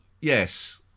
Yes